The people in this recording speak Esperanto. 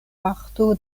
parto